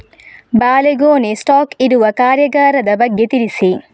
ಬಾಳೆಗೊನೆ ಸ್ಟಾಕ್ ಇಡುವ ಕಾರ್ಯಗಾರದ ಬಗ್ಗೆ ತಿಳಿಸಿ